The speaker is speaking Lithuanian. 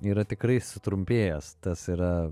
yra tikrai sutrumpėjęs tas yra